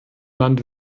land